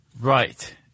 Right